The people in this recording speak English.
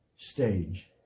stage